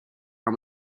how